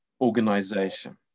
organization